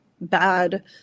bad